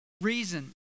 reason